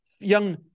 young